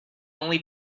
only